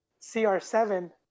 CR7